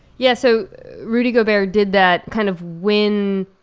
yeah, so rudy gobert did that kind of when,